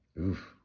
Oof